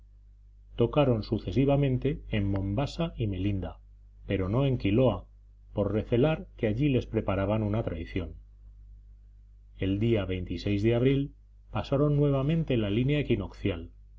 tocaron sucesivamente en mombasa y melinda pero no en quiloa por recelar que allí les preparaban una traición el día de abril pasaron nuevamente la línea equinoccial